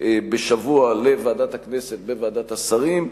בשבוע לוועדת הכנסת בוועדת השרים,